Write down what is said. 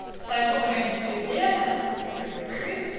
so what we're going to do here and let's talk through the query.